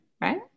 right